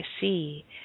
see